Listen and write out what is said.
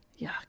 Yuck